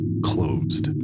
closed